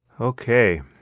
Okay